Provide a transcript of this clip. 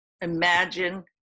Imagine